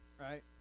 right